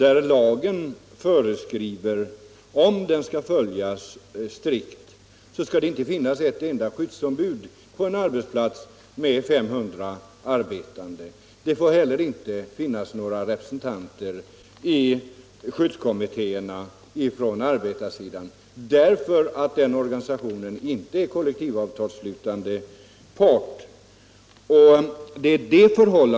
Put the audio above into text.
Om lagen strikt följs skall det där inte finnas ett enda skyddsombud på en arbetsplats med 500 arbetande. Det får inte heller finnas några representanter från arbetarsidan i skyddskommittéerna därför att dess organisation inte är en kollektivavtalsslutande part.